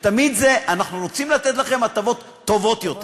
ותמיד זה: אנחנו רוצים לתת לכם הטבות טובות יותר,